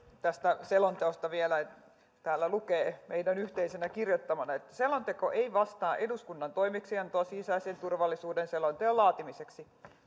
tästä selonteosta vielä että täällä lukee meidän yhteisesti kirjoittamana että selonteko ei vastaa eduskunnan toimeksiantoa sisäisen turvallisuuden selonteon laatimiseksi